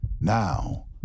now